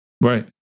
Right